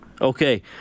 Okay